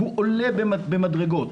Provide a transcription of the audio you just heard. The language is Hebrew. עולה במדרגות,